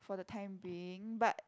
for the time being but